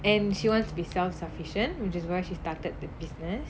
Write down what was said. and she wants to be self sufficient which is why she started the business